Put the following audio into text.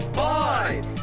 five